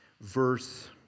verse